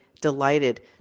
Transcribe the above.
delighted